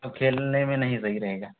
और खेलने में नहीं सही रहेगा